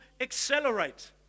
accelerate